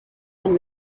and